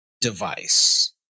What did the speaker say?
device